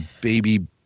baby